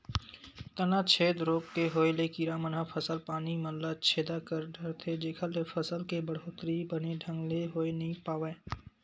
तनाछेदा रोग के होय ले कीरा मन ह फसल पानी मन ल छेदा कर डरथे जेखर ले फसल के बड़होत्तरी बने ढंग ले होय नइ पावय